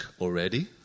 already